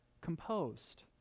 composed